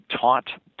taught